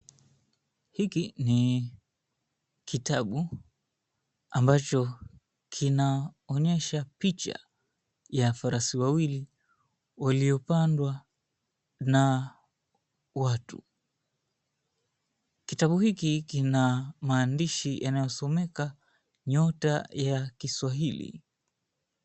Hiki ni kitabu, ambacho kinaonyesha picha ya farasi wawili waliopandwa na watu. Kitabu hiki kina maandishi yanayosomeka, Nyota ya Kiswahili.